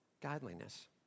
godliness